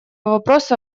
вопросу